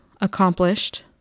accomplished